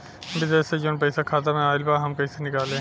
विदेश से जवन पैसा खाता में आईल बा हम कईसे निकाली?